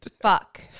Fuck